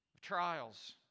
trials